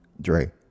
Dre